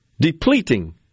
depleting